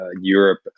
Europe